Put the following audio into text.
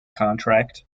contract